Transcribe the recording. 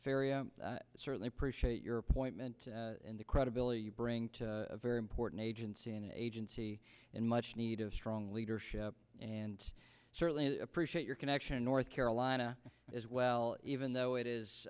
area certainly appreciate your appointment in the credibility you bring to a very important agency an agency and much needed strong leadership and certainly appreciate your connection north carolina as well even though it is